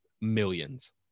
millions